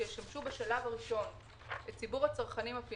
כשהיום אנחנו עומדים על 28 תשקיפים שכבר הוגשו לנו